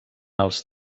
els